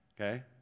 Okay